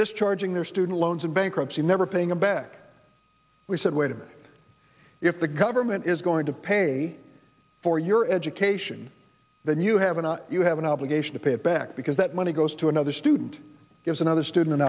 discharging their student loans in bankruptcy never paying a back we said wait a minute if the government is going to pay for your education then you have and you have an obligation to pay it back because that money goes to another student is another student